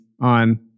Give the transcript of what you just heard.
on